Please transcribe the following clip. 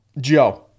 Joe